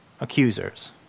Accusers